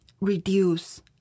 reduce